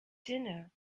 dinner